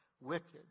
wicked